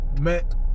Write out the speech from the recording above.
Met